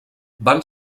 van